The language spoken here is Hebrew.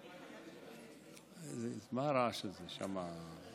מה הרעש הזה שם?